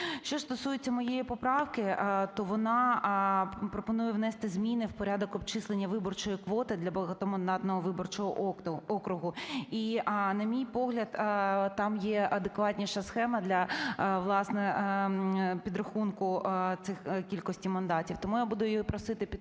Що стосується моєї поправки, то вона пропонує внести зміни в порядок обчислення виборчої квоти для багатомандатного виборчого округу. І на мій погляд, там є адекватніша схема для, власне, підрахунку цих кількості мандатів. Тому я буду її просити підтримувати.